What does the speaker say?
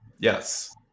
Yes